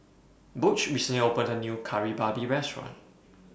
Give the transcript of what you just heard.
Butch recently opened A New Kari Babi Restaurant